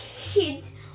kids